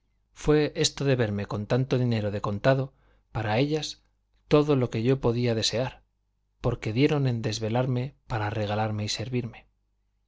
fue esto de verme con tanto dinero de contado para ellas todo lo que yo podía desear porque dieron en desvelarse para regalarme y servirme